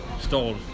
Stole